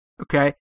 Okay